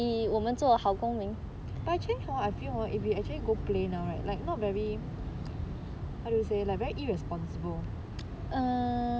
but actually hor I feel hor if you actually go play now right like not very how to say like very irresponsible